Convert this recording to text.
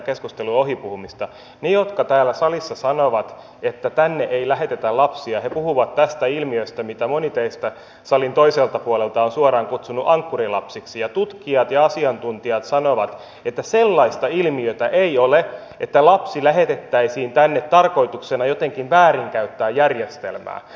ne jotka täällä salissa sanovat että tänne ei lähetetä lapsia puhuvat tästä ilmiöstä mitä moni teistä salin toiselta puolelta on suoraan kutsunut ankkurilapsiksi ja tutkijat ja asiantuntijat sanovat että sellaista ilmiötä ei ole että lapsi lähetettäisiin tänne tarkoituksena jotenkin väärinkäyttää järjestelmää